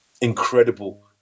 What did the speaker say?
incredible